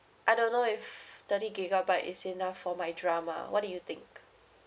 I don't know if thirty gigabyte is enough for my drama what do you think